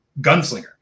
gunslinger